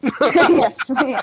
Yes